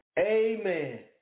Amen